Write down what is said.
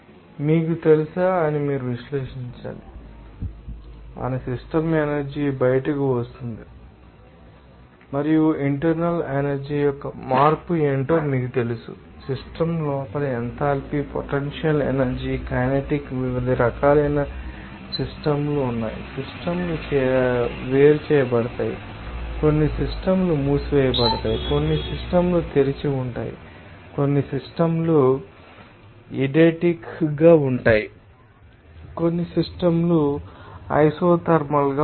మీకు తెలుసా అని మీరు విశ్లేషించాలి మన సిస్టమ్ ఎనర్జీ బయటకు వస్తోంది మరియు ఇంటర్నల్ ఎనర్జీ యొక్క మార్పు ఏమిటో మీకు తెలుసు సిస్టమ్ లోపల ఎంథాల్పీ పొటెన్షియల్ ఎనర్జీ కైనెటిక్ వివిధ రకాలైన సిస్టమ్ లు ఉన్నాయి సిస్టమ్ లు వేరుచేయబడతాయి కొన్ని సిస్టమ్ లు మూసివేయబడతాయి కొన్ని సిస్టమ్ లు తెరిచి ఉంటాయి కొన్ని సిస్టమ్ లు ఈడెటిక్ గా ఉంటాయి కొన్ని సిస్టమ్ లు ఐసోథర్మల్ గా ఉంటాయి